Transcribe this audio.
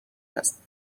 است